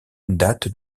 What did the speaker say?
date